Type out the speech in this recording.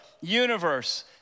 universe